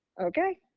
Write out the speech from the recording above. Okay